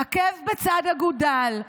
עקב בצד אגודל,